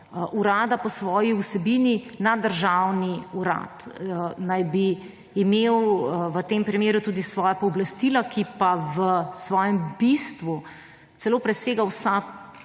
Urad po svoji vsebini, naddržavni urad, naj bi imel v tem primeru tudi svoje pooblastilo, ki pa v svojem bistvu celo presega vsa